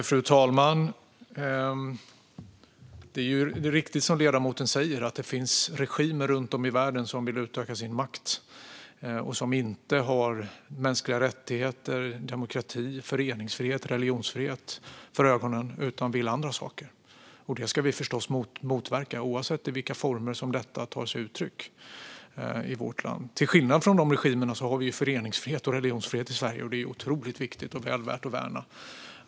Fru talman! Det är riktigt som ledamoten säger att det finns regimer runt om i världen som vill utöka sin makt och som inte har mänskliga rättigheter, demokrati, föreningsfrihet och religionsfrihet för ögonen utan vill andra saker. Detta ska vi förstås motverka oavsett i vilka former det tar sig uttryck i vårt land. Till skillnad från dessa regimer har vi föreningsfrihet och religionsfrihet i Sverige, och det är otroligt viktigt och väl värt att värna.